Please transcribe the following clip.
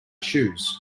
shoes